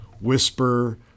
Whisper